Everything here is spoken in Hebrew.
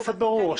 זה ברור.